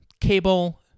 Cable